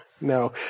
no